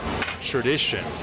tradition